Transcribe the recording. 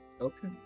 Okay